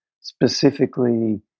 specifically